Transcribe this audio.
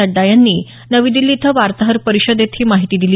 नड्डा यांनी नवी दिल्ली इथं वार्ताहर परिषदेत ही माहिती दिली